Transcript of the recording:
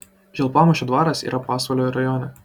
žilpamūšio dvaras yra pasvalio rajone